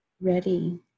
ready